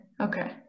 Okay